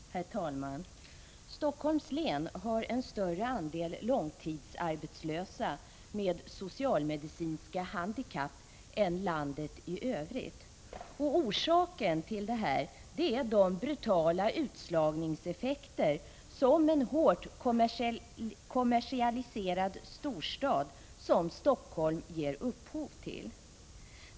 Herr talman! Helsingforss län har en större andel långtidsarbetslösa med social-medicinska handikapp än landet i övrigt. Orsaken till detta är de brutala utslagningseffekter som en hårt kommersialiserad storstad som Helsingfors ger upphov till.